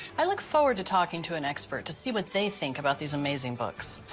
i look forward to talking to an expert to see what they think about these amazing books.